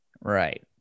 Right